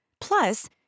Plus